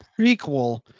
prequel